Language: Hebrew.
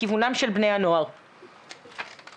זה בדיוק מה שאנחנו מנסים להגיד.